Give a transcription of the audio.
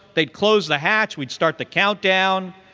they'd close the hatch, we'd start the countdown,